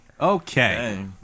Okay